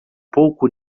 pouco